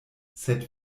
sed